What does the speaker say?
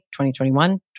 2021